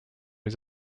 his